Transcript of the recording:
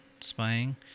spying